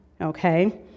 okay